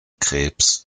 krebs